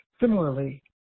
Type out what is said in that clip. Similarly